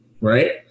right